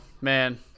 man